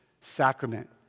sacrament